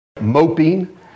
moping